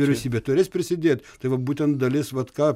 vyriausybė turės prisidėt tai va būtent dalis vat ką